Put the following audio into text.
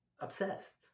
obsessed